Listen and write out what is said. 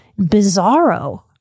Bizarro